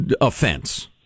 offense